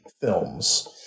films